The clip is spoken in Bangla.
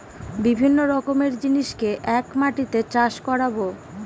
বিভিন্ন রকমের জিনিসকে এক মাটিতে চাষ করাবো